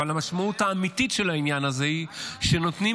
אבל המשמעות האמיתית של העניין הזה היא שנותנים